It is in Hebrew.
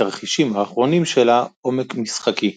בתרחישים האחרונים שלה עומק משחקי.